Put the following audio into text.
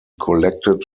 collected